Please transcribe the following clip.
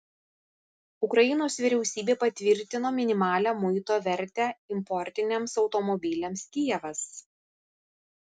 ukrainos vyriausybė patvirtino minimalią muito vertę importiniams automobiliams kijevas